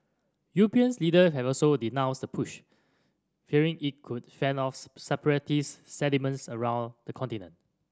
European leader have also denounced the push fearing it could fan separatist sentiment around the continent